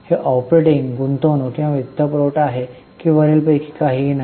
हे ऑपरेटिंग गुंतवणूक किंवा वित्तपुरवठा आहे की वरीलपैकी काहीही नाही